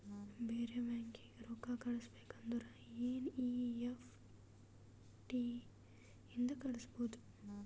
ಬೇರೆ ಬ್ಯಾಂಕೀಗಿ ರೊಕ್ಕಾ ಕಳಸ್ಬೇಕ್ ಅಂದುರ್ ಎನ್ ಈ ಎಫ್ ಟಿ ಇಂದ ಕಳುಸ್ಬೋದು